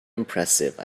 impressive